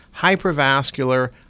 hypervascular